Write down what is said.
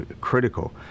critical